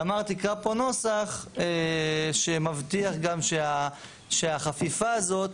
תמר תקרא פה נוסח שמבטיח שהחפיפה הזאת